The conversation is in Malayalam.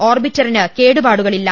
ഓർബിറ്ററിന് കേടുപാടുകൾ ഇല്ല